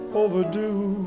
overdue